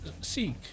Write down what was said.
seek